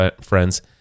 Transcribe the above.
friends